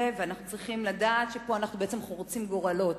וצריכים לדעת שפה אנחנו בעצם חורצים גורלות.